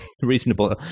reasonable